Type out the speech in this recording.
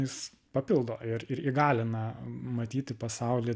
jis papildo ir ir įgalina matyti pasaulį